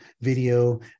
video